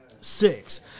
Six